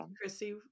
Chrissy